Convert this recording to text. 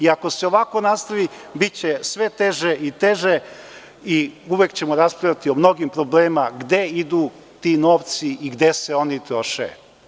Ako se ovako nastavi biće sve teže i teže i uvek ćemo raspravljati o mnogim problemima gde idu ti novci i gde se oni troše.